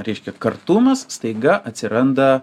reiškia kartumas staiga atsiranda